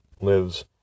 lives